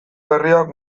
berriak